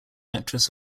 actress